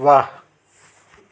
वाह